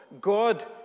God